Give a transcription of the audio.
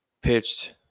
pitched